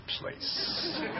place